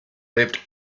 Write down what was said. lived